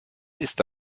ist